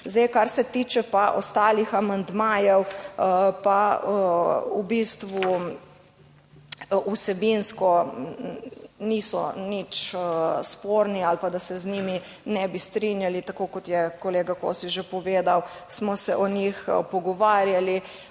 Zdaj, kar se tiče pa ostalih amandmajev, pa v bistvu vsebinsko niso nič sporni ali pa, da se z njimi ne bi strinjali. Tako kot je kolega Kosi že povedal, smo se o njih pogovarjali.